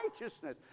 righteousness